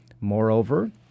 Moreover